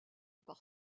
par